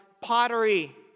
pottery